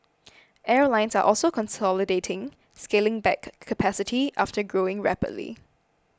airlines are also consolidating scaling back capacity after growing rapidly